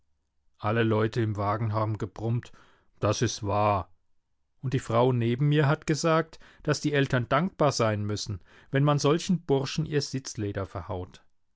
alle leute im wagen haben gebrummt das ist wahr und die frau neben mir hat gesagt daß die eltern dankbar sein müssen wenn man solchen burschen ihr sitzleder verhaut